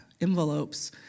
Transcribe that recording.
envelopes